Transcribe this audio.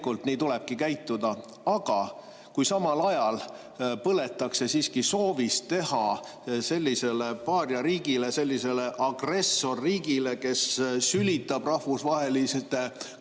tulebki nii käituda. Aga kui samal ajal põletakse siiski soovist teha sellisele paariariigile, sellisele agressorriigile, kes sülitab rahvusvaheliste